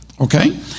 Okay